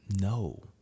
No